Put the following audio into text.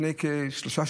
לפני שלושה,